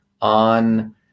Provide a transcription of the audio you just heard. on